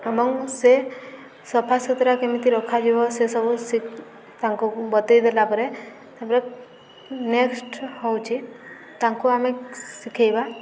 ଏବଂ ସେ ସଫାସୁତୁରା କେମିତି ରଖାଯିବ ସେସବୁ ତାଙ୍କୁ କହିଦେଲା ପରେ ତାପରେ ନେକ୍ସଟ ହେଉଛି ତାଙ୍କୁ ଆମେ ଶିଖେଇବା